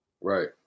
Right